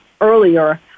earlier